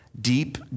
deep